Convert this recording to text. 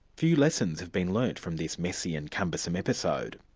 few lessons have been learnt from this messy and cumbersome episode.